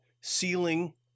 ceiling